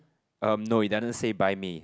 um no it doesn't say buy me